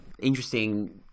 Interesting